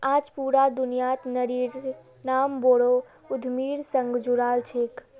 आज पूरा दुनियात नारिर नाम बोरो उद्यमिर संग जुराल छेक